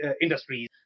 industries